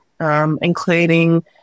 including